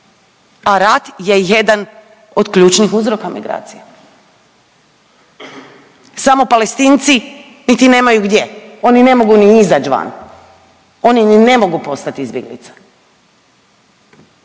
a rat je jedan od ključnih uzroka migracija. Samo Palestinci niti nemaju gdje, oni ne mogu ni izaći van, oni ni ne mogu postati izbjeglice.